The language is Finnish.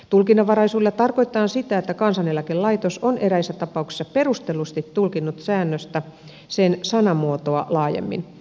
tulkinnanvaraisuudella tarkoitetaan sitä että kansaneläkelaitos on eräissä tapauksissa perustellusti tulkinnut säännöstä sen sanamuotoa laajemmin